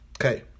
Okay